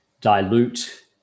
dilute